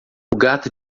gato